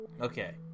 Okay